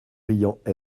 riant